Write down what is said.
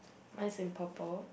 mine's in purple